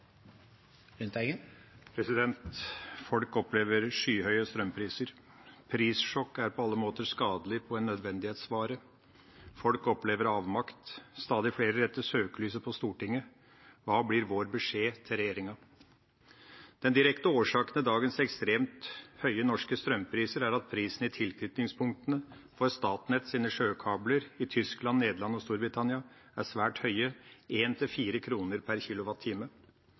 på alle måter skadelig for en nødvendighetsvare. Folk opplever avmakt. Stadig flere retter søkelyset mot Stortinget. Hva blir vår beskjed til regjeringen? Den direkte årsaken til dagens ekstremt høye norske strømpriser er at prisene i tilknytningspunktene for Statnetts sjøkabler til Tyskland, Nederland og Storbritannia er svært høye, 1–4 kr per kilowattime.